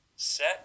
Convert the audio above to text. Set